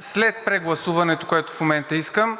след прегласуването, което в момента искам,